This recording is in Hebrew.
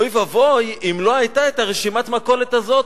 אוי ואבוי אם לא היתה רשימת המכולת הזאת,